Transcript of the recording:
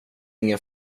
ingen